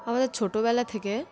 আমাদের ছোটোবেলা থেকে